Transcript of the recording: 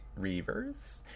Reavers